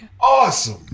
Awesome